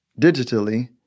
digitally